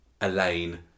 Elaine